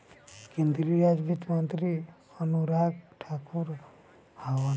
केंद्रीय राज वित्त मंत्री अनुराग ठाकुर हवन